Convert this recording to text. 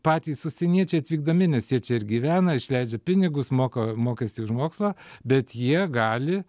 patys užsieniečiai atvykdami nes jie čia ir gyvena išleidžia pinigus moka mokestį už mokslą bet jie gali